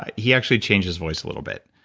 ah he actually changed his voice a little bit.